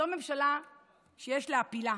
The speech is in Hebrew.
זו ממשלה שיש להפילה